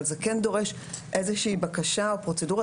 אבל זה כן דרוש איזו שהיא בקשה או פרוצדורה,